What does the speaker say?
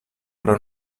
pro